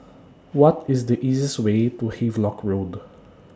What IS The easiest Way to Havelock Road